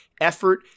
effort